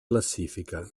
classifica